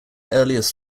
earliest